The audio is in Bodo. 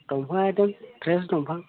दंफाङाथ' फ्रेस दंफां